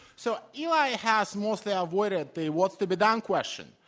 so eli has mostly ah avoided the what's to be done question.